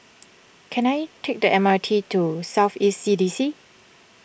can I take the M R T to South East C D C